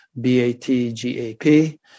B-A-T-G-A-P